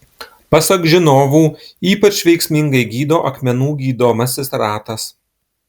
pasak žinovų ypač veiksmingai gydo akmenų gydomasis ratas